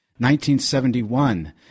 1971